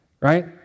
right